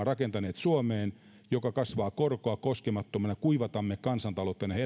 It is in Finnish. rakentaneet suomeen järjettömän pääomakasauman joka kasvaa korkoa koskemattomana me kuivatamme kansantalouttamme näihin eläkerahastoihin ja